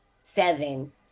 seven